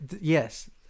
yes